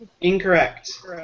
Incorrect